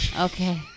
okay